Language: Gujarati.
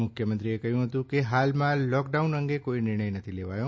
મુખ્યમંત્રી કહ્યં હતું કે હાલમાં લોકડાઉન અંગે કોઈ નિર્ણય નથી લેવાયો